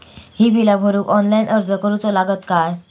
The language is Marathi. ही बीला भरूक ऑनलाइन अर्ज करूचो लागत काय?